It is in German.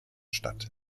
statt